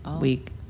week